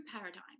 paradigm